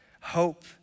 hope